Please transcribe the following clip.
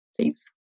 please